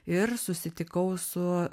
ir susitikau su